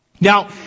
Now